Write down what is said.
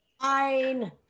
Fine